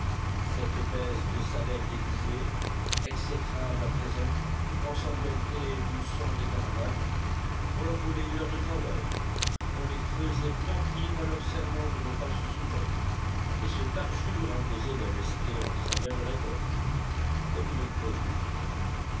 cette baisse de salaire déguisée exécrable à présent ensanglantée du sang des camarades on leur volait une heure de travail on les faisait mentir à leur serment de ne pas se soumettre et ce parjure imposé leur restait en travers de la gorge comme une poche de fiel